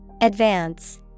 Advance